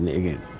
again